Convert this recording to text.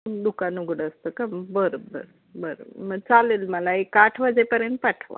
दुकान उघडं असतं का बरं बरं बरं मग चालेल मला एक आठ वाजेपर्यंत पाठवा